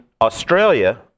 Australia